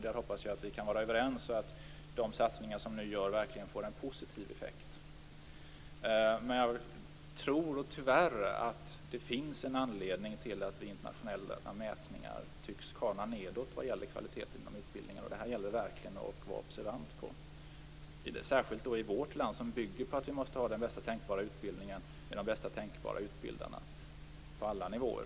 Jag hoppas att vi kan vara överens om att de satsningar som nu görs verkligen får en positiv effekt. Tyvärr tror jag att det finns en anledning till att Sverige i internationella mätningar tycks kana nedåt när det gäller kvaliteten på utbildningar. Det gäller verkligen att vara observant på detta. Vårt land bygger ju på att vi måste ha den bästa tänkbara utbildningen med de bästa tänkbara utbildarna på alla nivåer.